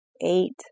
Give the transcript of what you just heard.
eight